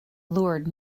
lured